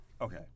okay